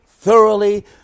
thoroughly